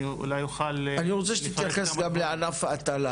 אני אולי אוכל לפרט גם --- אני רוצה שתתייחס גם לענף ההטלה,